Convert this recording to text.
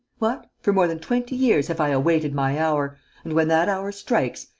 what! for more than twenty years have i awaited my hour and, when that hour strikes,